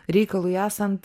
reikalui esant